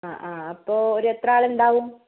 ആ ആ അപ്പോൾ ഒരു എത്ര ആൾ ഉണ്ടാവും